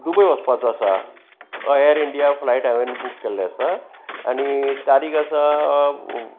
Dubai वचपाचो आसा Air India flight हांवें बूक केल्ले आसा आनी तारीक आसा